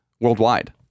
worldwide